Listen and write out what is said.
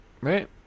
Right